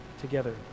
together